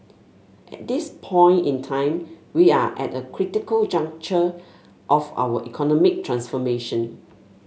at this point in time we are at a critical juncture of our economic transformation